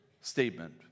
statement